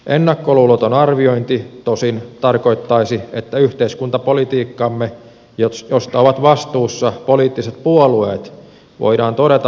ennakkoluuloton arviointi tosin tarkoittaisi että yhteiskuntapolitiikkamme josta ovat vastuussa poliittiset puolueet voidaan todeta vääräksi